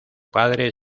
padre